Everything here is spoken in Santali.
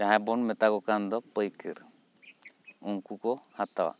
ᱡᱟᱦᱟᱸ ᱵᱚᱱ ᱢᱮᱛᱟᱠᱚ ᱵᱚᱱ ᱯᱟᱹᱭᱠᱟᱹᱨ ᱩᱱᱠᱩ ᱠᱚ ᱦᱟᱛᱟᱣᱟ